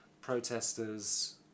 protesters